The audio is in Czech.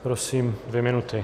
Prosím, dvě minuty.